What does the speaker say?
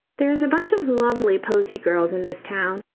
there is a bunch of lovely posy girls in this town,